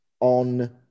on